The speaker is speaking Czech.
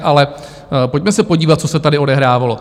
Ale pojďme se podívat, co se tady odehrávalo.